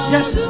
Yes